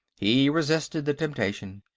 he resisted the temptation.